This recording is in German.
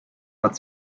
hat